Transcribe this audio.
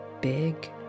big